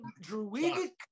Druidic